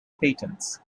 patents